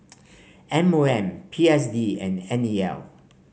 M O M P S D and N E L